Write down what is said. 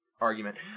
argument